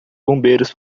bombeiros